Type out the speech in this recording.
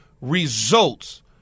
results